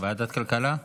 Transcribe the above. ועדת הכלכלה?